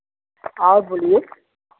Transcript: और बोलिए